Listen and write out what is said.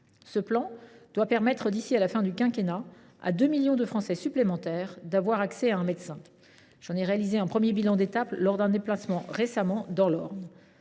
Ce plan doit permettre, d’ici à la fin du quinquennat, à deux millions de Français supplémentaires d’avoir accès à un médecin. J’en ai réalisé un premier bilan d’étape lors d’un déplacement récent dans l’Orne.